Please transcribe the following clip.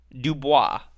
Dubois